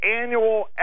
annual